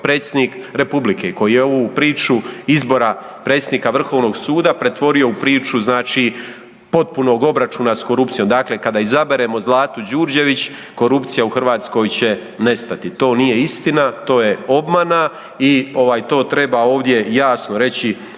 Predsjednik Republike koji je ovu priču izbora predsjednika Vrhovnog suda pretvorio u priču znači potpunog obračuna s korupcijom, dakle kada izaberemo Zlatu Đurđević, korupcija u Hrvatskoj će nestati. To nije istina, to je obmana i to treba ovdje jasno reći